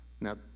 Now